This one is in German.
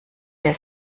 der